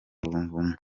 ubumwe